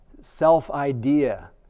self-idea